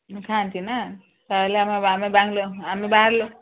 ମୁଁ ଖାଆନ୍ତି ନା ତା'ହେଲେ ଆମେ ଆମେ ବେଙ୍ଗଲୋ ଆମେ ବାହାରିଲୁ